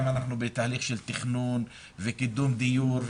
גם אנחנו בתהליך של תכנון וקידום דיור,